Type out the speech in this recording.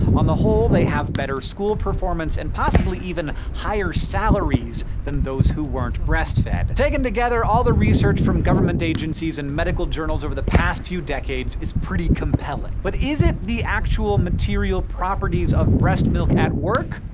on the whole, they have better school performance and possibly even higher salaries than those who weren't breastfed. taken together, all the research from government agencies and medical journals over the past few decades is pretty compelling. but is it the actual material properties of breast milk at work,